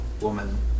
woman